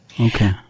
Okay